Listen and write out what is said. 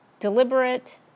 deliberate